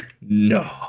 No